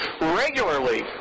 regularly